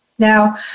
Now